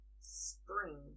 spring